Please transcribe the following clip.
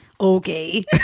okay